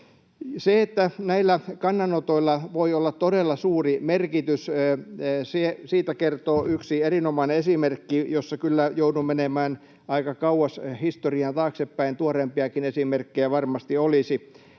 Siitä, että näillä kannanotoilla voi olla todella suuri merkitys, kertoo yksi erinomainen esimerkki, jossa kyllä joudun menemään aika kauas historiaan taaksepäin — tuoreempiakin esimerkkejä varmasti olisi.